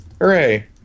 Hooray